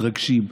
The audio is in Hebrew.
מתרגשים,